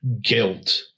guilt